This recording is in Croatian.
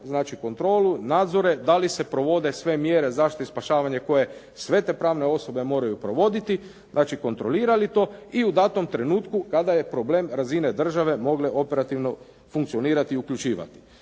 znači kontrolu nadzore dali se provode sve mjere zaštite i spašavanje koje sve te pravne osobe moraju provoditi, znači kontrolirali to i u datom trenutku kada je problem razine države mogle operativno funkcionirati i uključivati.